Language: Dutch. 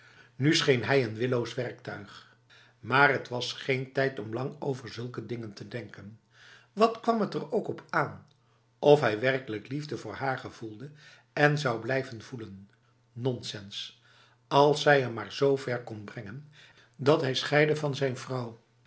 nu scheen hij een willoos werktuig maar het was geen tijd om lang over zulke dingen te denken wat kwam het er ook op aan of hij werkelijk liefde voor haar gevoelde en zou blijven voelen nonsens als zij hem maar z ver kon brengen dat hij scheidde van zijn vrouw